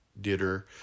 dinner